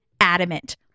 adamant